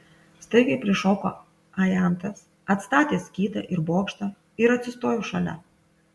staigiai prišoko ajantas atstatęs skydą it bokštą ir atsistojo šalia